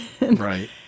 Right